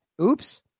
Oops